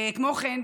כמו כן,